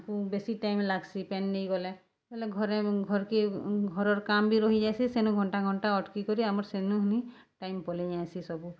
ତାକୁ ବେଶୀ ଟାଇମ୍ ଲାଗ୍ସି ପାଏନ୍ ନେଇଗଲେ ଘରେ ଘର୍କେ ଘରର୍ କାମ୍ ବି ରହିଯାଇସି ସେନୁ ଘଣ୍ଟା ଘଣ୍ଟା ଅଟ୍କିକରି ଆମର୍ ସେନୁ ହିଁ ଟାଇମ୍ ପଲେଇଯାଏସି ସବୁ